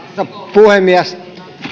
puhemies